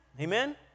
Amen